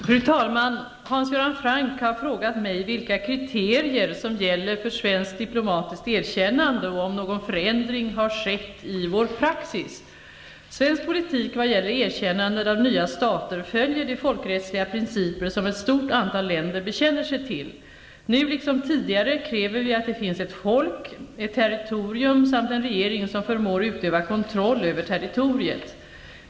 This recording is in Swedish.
Fru talman! Hans Göran Franck har frågat mig vilka kriterier som gäller för svenskt diplomatiskt erkännande och om någon förändring har skett i vår praxis. Svensk politik vad gäller erkännanden av nya stater följer de folkrättsliga principer som ett stort antal länder bekänner sig till. Nu, liksom tidigare, kräver vi att det finns ett folk, ett territorium samt en regering som förmår utöva kontroll över territoriet.